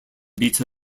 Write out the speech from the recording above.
beta